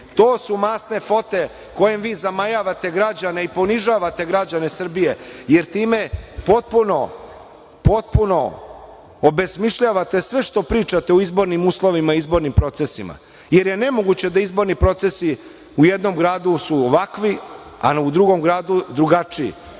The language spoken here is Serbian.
To su masne fote kojim vi zamajavate građane i ponižavate građane Srbije, jer time potpuno obesmišljavate sve što pričate o izbornim uslovima i izbornim procesima, jer je nemoguće da izborni procesu u jednom gradu su ovakvi, a u drugom gradu drugačiji. Nije